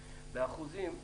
באחוזים,